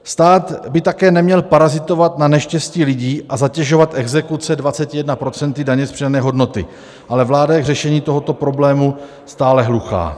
Stát by také neměl parazitovat na neštěstí lidí a zatěžovat exekuce 21 % daně z přidané hodnoty, ale vláda je k řešení tohoto problému stále hluchá.